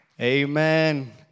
amen